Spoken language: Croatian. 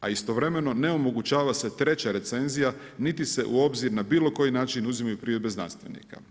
A istovremeno ne omogućava se treća recenzija niti se u obzir na bilo koji način uzimaju primjedbe znanstvenika.